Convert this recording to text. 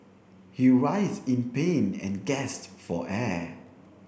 he writhed in pain and gasped for air